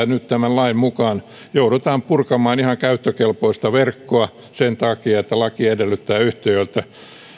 nyt tämän lain mukaan joudutaan purkamaan ihan käyttökelpoista verkkoa sen takia että laki edellyttää yhtiöiltä